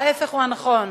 ההיפך הוא הנכון.